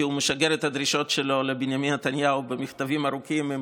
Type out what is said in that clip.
כי הוא משגר את הדרישות שלו לבנימין נתניהו במכתבים ארוכים עם